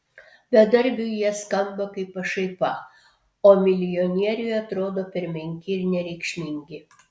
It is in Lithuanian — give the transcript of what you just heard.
bedarbiui jie skamba kaip pašaipa o milijonieriui atrodo per menki ir nereikšmingi